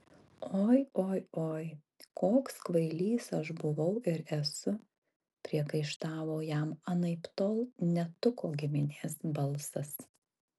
oi oi oi koks kvailys aš buvau ir esu priekaištavo jam anaiptol ne tuko giminės balsas